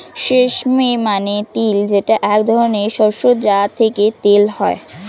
sesame মানে তিল যেটা এক ধরনের শস্য যা থেকে তেল হয়